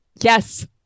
Yes